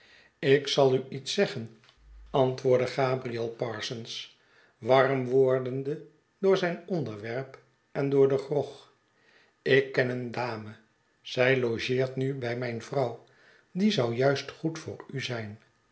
ik zal u iets zeggen antwoordde gabriel sghetsen van boz parsons warm wordende door zijn onderwerp en door de grog ik ken een dame zij logeert nu bij mijn vrouw die zou juist goed voor u zijn